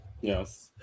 Yes